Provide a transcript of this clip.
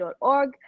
org